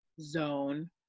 zone